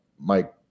Mike